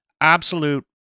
absolute